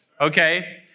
Okay